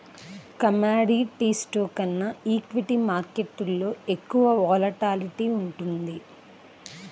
కమోడిటీస్లో కన్నా ఈక్విటీ మార్కెట్టులో ఎక్కువ వోలటాలిటీ ఉంటుంది